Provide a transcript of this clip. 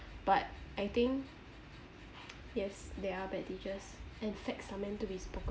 but I think yes there are bad teachers and facts are meant to be spoken